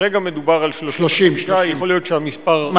כרגע מדובר על 30. יכול להיות שהמספר,